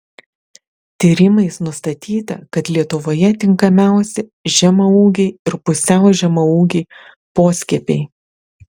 tyrimais nustatyta kad lietuvoje tinkamiausi žemaūgiai ir pusiau žemaūgiai poskiepiai